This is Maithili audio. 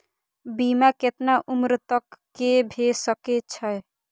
बीमा केतना उम्र तक के भे सके छै?